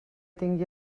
tingui